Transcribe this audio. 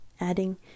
adding